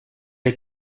est